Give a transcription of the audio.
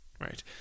Right